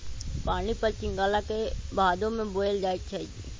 पानीफल सिंघारा के भादो में बोयल जाई छै